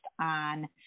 on